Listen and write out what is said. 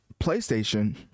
playstation